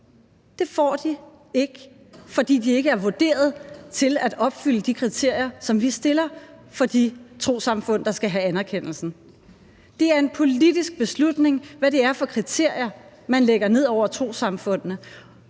det får de ikke, fordi de ikke er vurderet til at opfylde de kriterier, som vi stiller for de trossamfund, der skal have anerkendelsen. Det er en politisk beslutning, hvad det er for kriterier, man lægger ned over trossamfundene,